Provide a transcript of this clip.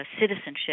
citizenship